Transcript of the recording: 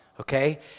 okay